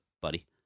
buddy